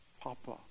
Papa